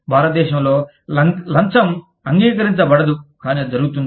భారతదేశంలో లంచం అంగీకరించబడదు కానీ అది జరుగుతుంది